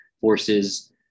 forces